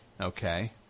Okay